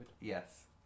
Yes